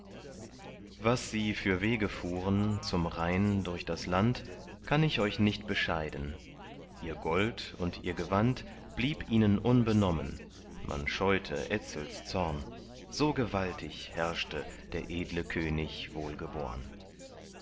was sie für wege fuhren zum rhein durch das land kann ich euch nicht bescheiden ihr gold und ihr gewand blieb ihnen unbenommen man scheute etzels zorn so gewaltig herrschte der edle könig